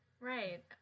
Right